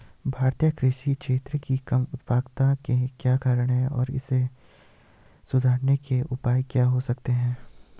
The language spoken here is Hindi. भारतीय कृषि क्षेत्र की कम उत्पादकता के क्या कारण हैं और इसे सुधारने के उपाय क्या हो सकते हैं?